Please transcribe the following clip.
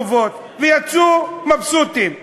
את החובות, ויצאו מבסוטים.